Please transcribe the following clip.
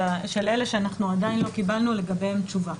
של אלה שאנחנו עדיין לא קיבלנו לגביהם תשובה.